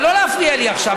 אבל לא להפריע לי עכשיו.